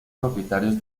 propietarios